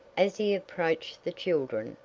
as he approached the children,